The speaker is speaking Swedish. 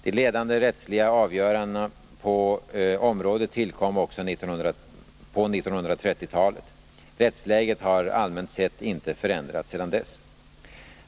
De ledande rättsliga avgörandena på området tillkom också på 1930-talet. Rättsläget har allmänt sett inte förändrats sedan dess.